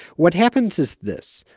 what happens is this.